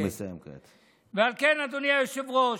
ועל כן, אדוני היושב-ראש,